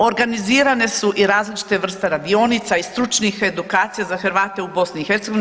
Organizirane su i različite vrste radionica i stručnih edukacija za Hrvate u BiH.